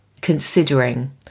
considering